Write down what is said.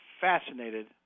fascinated